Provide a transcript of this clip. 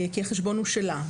כי החשבון הוא שלה,